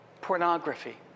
Pornography